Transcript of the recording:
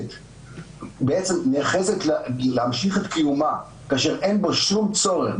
בעצם נאחזת להמשיך את קיומה כאשר אין בה שום צורך,